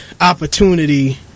opportunity